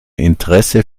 interesse